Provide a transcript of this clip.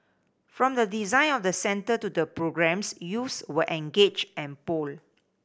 from the design of the centre to the programmes youths were engaged and polled